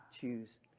choose